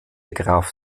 graf